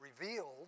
revealed